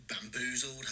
bamboozled